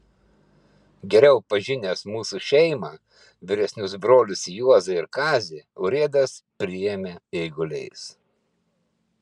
geriau pažinęs mūsų šeimą vyresnius brolius juozą ir kazį urėdas priėmė eiguliais